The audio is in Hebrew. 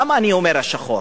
למה אני אומר השחור?